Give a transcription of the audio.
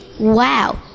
Wow